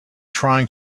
trying